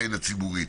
העין הציבורית.